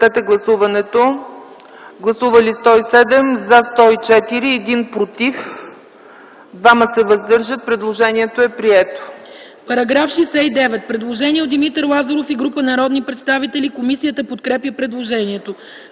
народния представител Димитър Лазаров и група народни представители. Комисията подкрепя предложението.